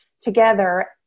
together